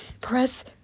press